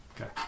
Okay